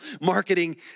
marketing